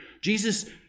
Jesus